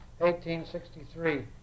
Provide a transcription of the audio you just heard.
1863